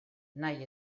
nahi